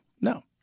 no